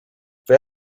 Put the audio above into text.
they